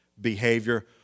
behavior